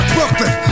Brooklyn